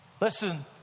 Listen